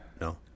No